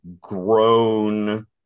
grown